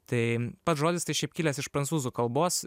tai pats žodis tai šiaip kilęs iš prancūzų kalbos